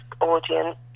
audience